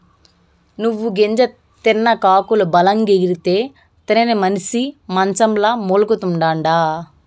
నువ్వు గింజ తిన్న కాకులు బలంగెగిరితే, తినని మనిసి మంచంల మూల్గతండా